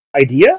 idea